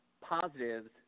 positives